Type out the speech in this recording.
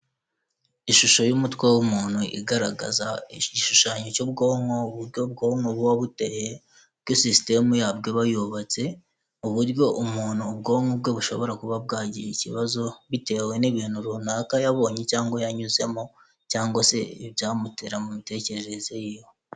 Ishusho y'umutwe w'umuntu igaragaza igishushanyo cy'ubwonko, uburyo ubwonko buba buteye, uburyo sisitemu yabwo iba yubatse ku buryo umuntu ubwonko bwe bushobora kuba bwagira ikibazo bitewe n'ibintu runaka yabonye cyangwa yanyuzemo cyangwa se ibyamutera mu mitekerereze ye.